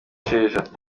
sheja